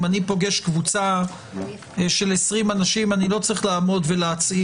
אני רוצה באנונימיות שלי יש אנשים שיש להם